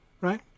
right